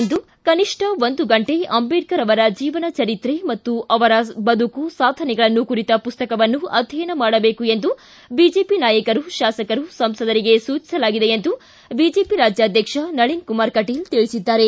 ಇಂದು ಕನಿಷ್ನ ಒಂದು ಗಂಟೆ ಅಂದೇಡ್ತರ್ ಅವರ ಜೀವನ ಚರಿತ್ರೆ ಮತ್ತು ಅವರ ಬದುಕು ಸಾಧನೆಗಳನ್ನು ಕುರಿತ ಪುಸ್ತಕವನ್ನು ಅಧ್ಯಯನ ಮಾಡಬೇಕು ಎಂದು ಬಿಜೆಪಿ ನಾಯಕರು ತಾಸಕರು ಸಂಸದರಿಗೆ ಸೂಚಿಸಲಾಗಿದೆ ಎಂದು ಬಿಜೆಪಿ ರಾಜ್ಯಾಧ್ಯಕ್ಷ ನಳಿನ್ಕುಮಾರ್ ಕಟೀಲ್ ತಿಳಿಸಿದ್ದಾರೆ